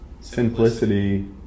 Simplicity